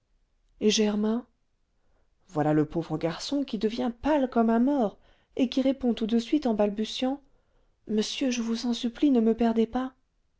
et germain voilà le pauvre garçon qui devient pâle comme un mort et qui répond tout de suite en balbutiant monsieur je vous en supplie ne me perdez pas